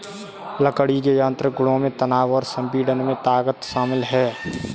लकड़ी के यांत्रिक गुणों में तनाव और संपीड़न में ताकत शामिल है